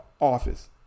office